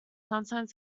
sometimes